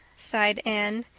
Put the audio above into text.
sighed anne.